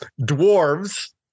dwarves